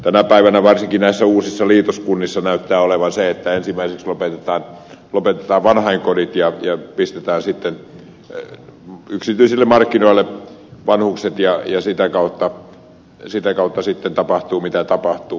tänä päivänä varsinkin näissä uusissa liitoskunnissa näyttää olevan niin että ensimmäiseksi lopetetaan vanhainkodit ja pistetään sitten yksityisille markkinoille vanhukset ja sitä kautta sitten tapahtuu mitä tapahtuu